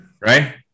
right